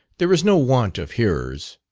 there is no want of hearers.